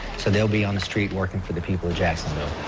so they'll be on the street working for the people of jacksonville.